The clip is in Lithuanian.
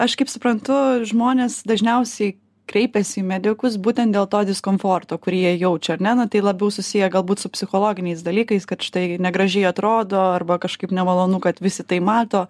aš kaip suprantu žmonės dažniausiai kreipiasi į medikus būtent dėl to diskomforto kurį jie jaučia ar ne nu tai labiau susiję galbūt su psichologiniais dalykais kad štai negražiai atrodo arba kažkaip nemalonu kad visi tai mato